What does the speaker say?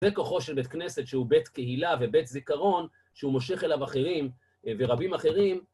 זה כוחו של בית כנסת שהוא בית קהילה ובית זיכרון שהוא מושך אליו אחרים ורבים אחרים.